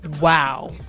wow